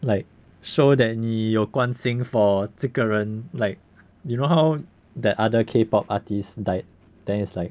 like show that 你有关心 for 这个人 like you know how that other K pop artist died then it's like